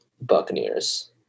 Buccaneers